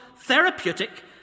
therapeutic